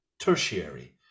tertiary